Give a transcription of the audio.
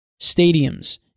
stadiums